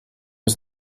was